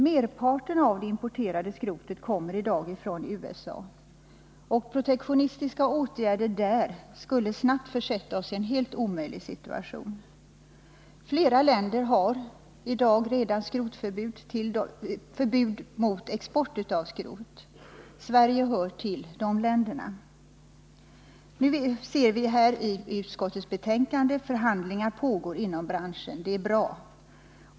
Merparten av det importerade skrotet kommer i dag från USA. Protektionistiska åtgärder där skulle snabbt försättÅåoss i en helt omöjlig situation. Flera länder har redan i dag förbud mot export av skrot. Sverige hör till de länderna. I utskottsbetänkandet ser vi att förhandlingar pågår inom branschen. Det är bra.